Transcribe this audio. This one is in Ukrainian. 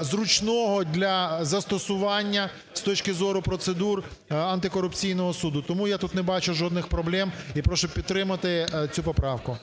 зручного для застосування з точки зору процедур антикорупційного суду. Тому я тут не бачу жодних проблем і прошу підтримати цю поправку.